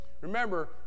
Remember